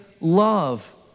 love